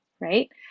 right